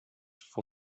for